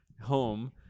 home